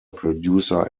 producer